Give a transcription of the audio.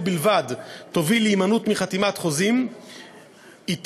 בלבד תוביל להימנעות מחתימת חוזים אתם,